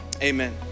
Amen